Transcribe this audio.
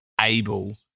able